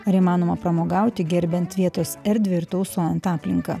ar įmanoma pramogauti gerbiant vietos erdvę ir tausojant aplinką